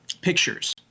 pictures